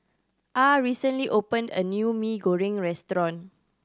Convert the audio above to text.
Ah recently opened a new Mee Goreng restaurant